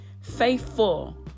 Faithful